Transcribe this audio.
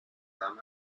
darm